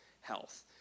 health